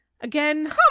Again